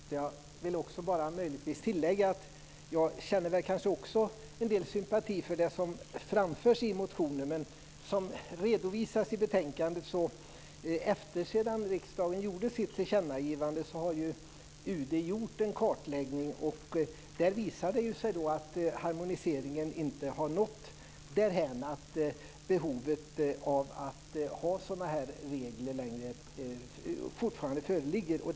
Fru talman! Jag vill yrka bifall till förslaget i betänkandet. Jag vill möjligtvis tillägga att jag också känner en del sympati för det som framförs i motionen. Men som redovisas i betänkandet har UD efter det att riksdagen gjorde sitt tillkännagivande gjort en kartläggning där det visar sig att harmoniseringen inte har nått därhän att behovet av att ha sådana här regler föreligger.